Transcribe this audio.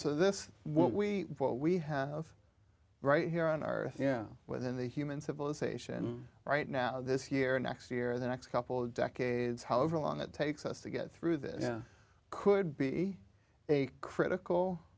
so this what we what we have right here on earth yeah whether the human civilization right now this year or next year or the next couple of decades however long it takes us to get through this could be a critical